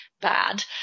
bad